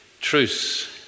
truce